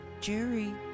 Jerry